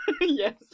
Yes